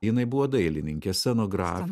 jinai buvo dailininkė scenografė